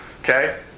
Okay